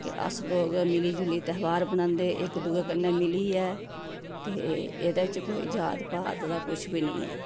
कि अस लोक मिली जुलियै ध्याहर बनांदे इक दुए कन्नै मिलियै ते एह्दे च कोई जात पात दा कुछ बी नेईं ऐ